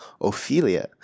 Ophelia